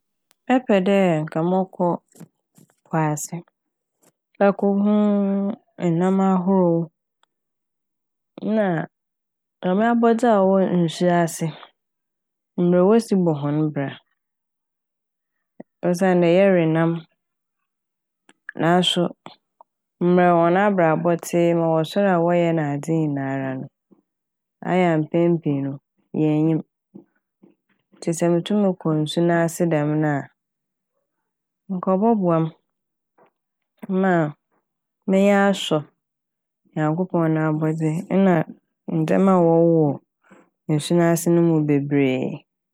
Mɛpɛ dɛ nka mɔkɔ po ase makohuuu enam ahorow nna Nyame abɔdze a wɔwɔ nsu ase mbrɛ wosi bɔ hɔn bra. Osiandɛ yɛwe nam naaso mbrɛ hɔn abrabɔ tse, ma wɔsoɛr a wɔyɛ nadze nyinara no ɔyɛɛ a mpɛn pii no yennyim. Ntsi sɛ motum kɔ nsu n'ase dɛm na nka ɔbɔboa m' ma m'enyi asɔ Nyankopɔn N'abɔdze nna ndzɛma a wɔwowɔ nsu n'ase bebree.